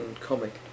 comic